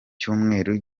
cyumweru